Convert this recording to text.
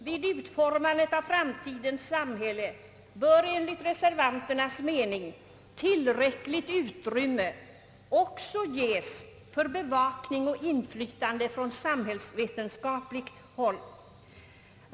Vid utformandet av framtidens samhälle bör emellertid enligt reservanternas mening tillräckligt utrymme också ges för bevakning och inflytande från samhällsvetenskapligt håll.